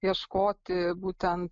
ieškoti būtent